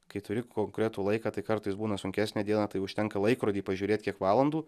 kai turi konkretų laiką tai kartais būna sunkesnė diena tai užtenka į laikrodį pažiūrėt kiek valandų